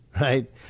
Right